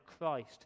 Christ